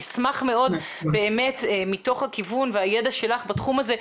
אשמח מאוד מתוך הכיוון והידע שלך בתחום הזה,